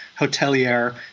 hotelier